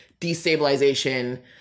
destabilization